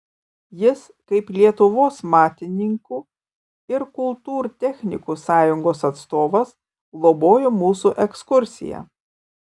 jis kaip lietuvos matininkų ir kultūrtechnikų sąjungos atstovas globojo mūsų ekskursiją